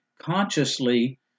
consciously